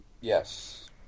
Yes